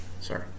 sorry